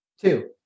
Two